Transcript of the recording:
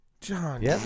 John